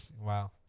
Wow